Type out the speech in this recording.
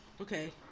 Okay